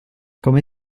come